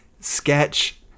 sketch